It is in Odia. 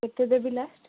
କେତେ ଦେବି ଲାଷ୍ଟ